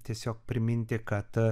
tiesiog priminti kad